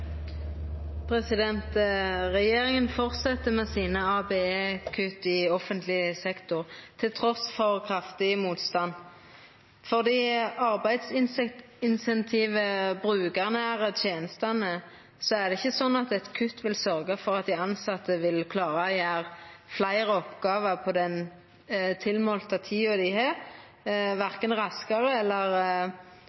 Regjeringa held fram med sine ABE-kutt i offentleg sektor trass i kraftig motstand. Eit kutt i arbeidsinsentiva og dei brukarnære tenestene vil ikkje syta for at dei tilsette vil klara å gjera fleire oppgåver på den tilmålte tida dei har,